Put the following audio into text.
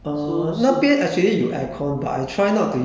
有有有跟 that